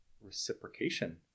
reciprocation